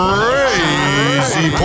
Crazy